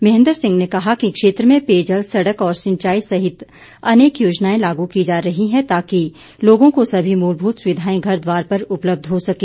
महेन्द्र सिंह ने कहा कि क्षेत्र में पेयजल सड़क और सिंचाई सहित अनेक योजनाएं लागू की जा रही हैं ताकि लोगों को सभी मूलभूत सुविधाएं घर द्वार पर उपलब्ध हो सके